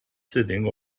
sitting